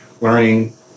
learning